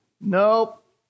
Nope